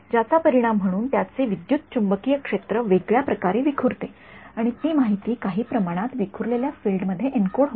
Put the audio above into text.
ज्याचा परिणाम म्हणून त्याचे विद्युत चुंबकीय क्षेत्र वेगळ्या प्रकारे विखुरते आणि ती माहिती काही प्रमाणात विखुरलेल्या फील्डमध्ये एन्कोड होते